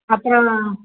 அப்புறம்